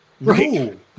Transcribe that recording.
Right